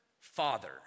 father